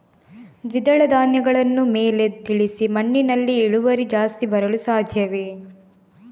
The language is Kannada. ದ್ವಿದಳ ಧ್ಯಾನಗಳನ್ನು ಮೇಲೆ ತಿಳಿಸಿ ಮಣ್ಣಿನಲ್ಲಿ ಇಳುವರಿ ಜಾಸ್ತಿ ಬರಲು ಸಾಧ್ಯವೇ?